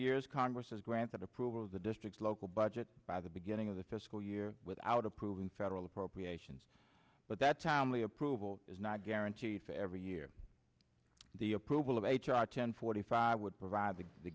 years congress has granted approval of the district's local budget by the beginning of the fiscal year without approving federal appropriations but that timely approval is not guaranteed for every year the approval of h r ten forty five would provide to the